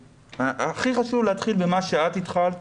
הכי חשוב להתחיל ממה שאת התחלת,